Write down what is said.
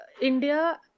India